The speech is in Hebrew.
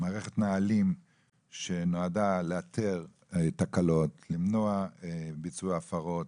מערכת נהלים שנועדה לאתר תקלות, למנוע ביצוע הפרות